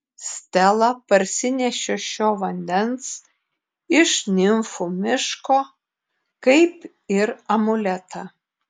stela parsinešė šio vandens iš nimfų miško kaip ir amuletą